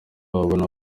babona